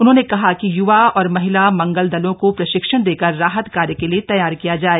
उन्होंने कहा कि यूवा और महिला मंगल दलों को प्रशिक्षण देकर राहत कार्य के लिए तैयार किया जाए